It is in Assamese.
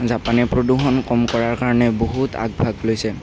জাপানে প্ৰদূষণ কম কৰাৰ কাৰণে বহুত আগভাগ লৈছে